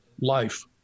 life